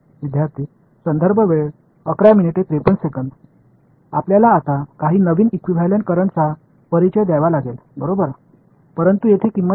विद्यार्थीः आपल्याला आता काही नवीन इक्विव्हॅलेंट करंटचा परिचय द्यावा लागेल बरोबर परंतु येथे किंमत आहे